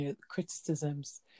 criticisms